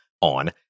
On